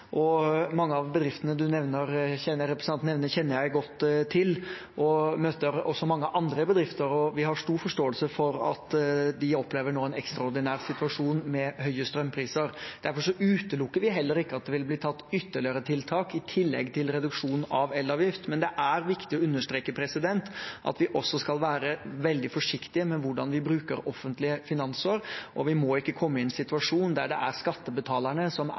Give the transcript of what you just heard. og mange av bedriftene som representanten nevner, kjenner jeg godt til. Jeg møter også mange andre bedrifter. Og vi har stor forståelse for at de nå opplever en ekstraordinær situasjon med høye strømpriser. Derfor utelukker vi heller ikke at det vil bli gjort ytterligere tiltak i tillegg til reduksjon av elavgift, men det er viktig å understreke at vi også skal være veldig forsiktige med hvordan vi bruker offentlige finanser. Vi må ikke komme i en situasjon der det er skattebetalerne som